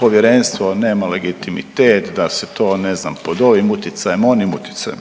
povjerenstvo nema legitimitet, da se to ne znam pod ovim utjecajem, onim utjecajem